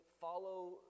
follow